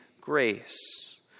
grace